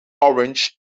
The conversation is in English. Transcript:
orange